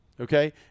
Okay